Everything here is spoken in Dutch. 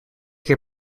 keer